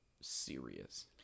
serious